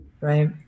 Right